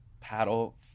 paddle